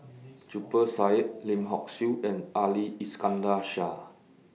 Zubir Said Lim Hock Siew and Ali Iskandar Shah